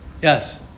yes